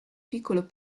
piccolo